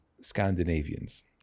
Scandinavians